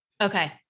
Okay